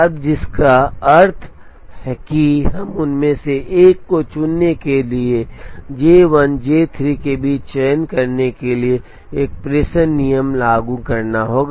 अब जिसका अर्थ है कि हमें उनमें से एक चुनने के लिए J 1 और J 3 के बीच चयन करने के लिए एक प्रेषण नियम लागू करना होगा